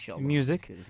music